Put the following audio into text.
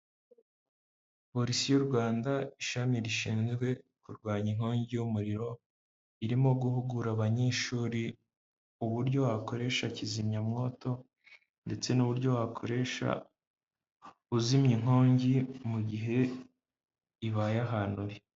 Polisi y'u Rwanda ishami rishinzwe kurwanya inkongi y'umuriro, irimo guhugura abanyeshuri uburyo wakoresha kizimyamwoto ndetse n'uburyo wakoresha uzimya inkongi mu gihe ibaye ahantu.